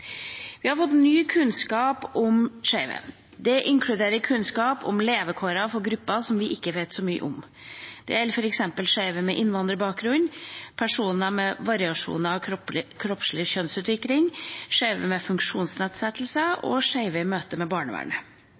Vi har fått ny kunnskap om skeive. Den inkluderer kunnskap om levekårene for grupper som vi ikke vet så mye om. Det gjelder f.eks. skeive med innvandrerbakgrunn, personer med variasjon i kroppslig kjønnsutvikling, skeive med funksjonsnedsettelser og skeive i møte med barnevernet.